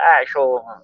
actual